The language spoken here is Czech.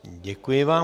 Děkuji vám.